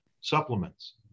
supplements